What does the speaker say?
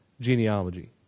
genealogy